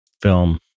film